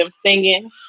singing